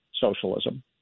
socialism